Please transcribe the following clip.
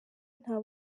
nta